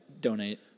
donate